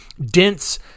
dense